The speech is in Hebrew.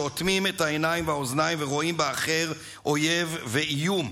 שאוטמים את העיניים והאוזניים ורואים באחר אויב ואיום,